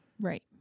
right